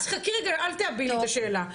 אז חכי רגע, אל תעבי לי את השאלה.